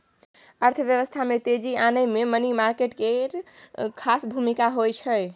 अर्थव्यवस्था में तेजी आनय मे मनी मार्केट केर खास भूमिका होइ छै